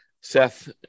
seth